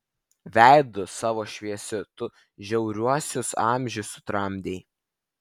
veidu savo šviesiu tu žiauriuosius amžius sutramdei